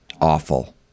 awful